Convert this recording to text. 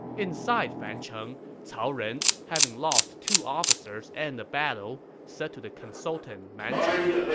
inside fancheng, cao ren, having lost two officers and a battle, said to the consultant man chong,